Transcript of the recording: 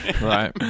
Right